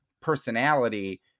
personality